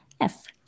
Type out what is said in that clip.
Yes